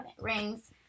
rings